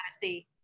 see